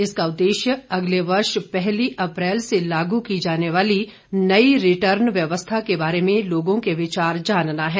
इसका उद्देश्य अगले वर्ष पहली अप्रैल से लागू की जाने वाली नयी रिटर्न व्यवस्था के बारे में लोगों के विचार जानना है